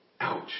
Ouch